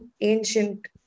ancient